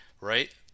Right